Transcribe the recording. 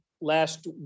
last